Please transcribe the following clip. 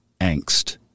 angst